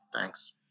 Thanks